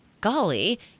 golly